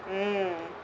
mm